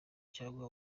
cyangwa